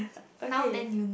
okay